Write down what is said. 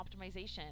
optimization